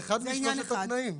זה אחד משלושת התנאים.